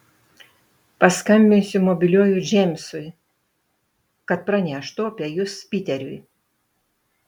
paskambinsiu mobiliuoju džeimsui kad praneštų apie jus piteriui